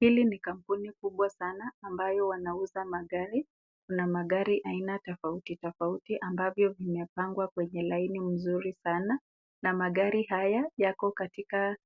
Hili ni kampuni kubwa sana ambayo wanauza magari kuna magari aina tofauti tofauti ambavyo vimepangwa kwenye laini mzuri sana na magari haya yako katika